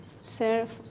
serve